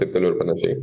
taip toliau ir panašiai